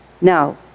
Now